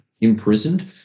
imprisoned